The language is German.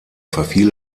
verfiel